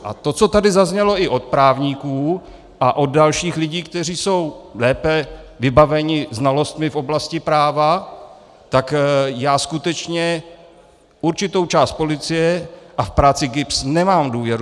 A to, co tady zaznělo i od právníků a od dalších lidí, kteří jsou lépe vybaveni znalostmi v oblasti práva, tak já skutečně v určitou část policie a k práci GIBSu nemám důvěru.